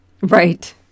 Right